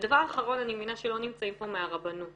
ודבר אחרון, אני מבינה שלא נמצאים פה מהרבנות